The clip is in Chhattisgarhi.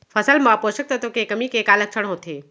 फसल मा पोसक तत्व के कमी के का लक्षण होथे?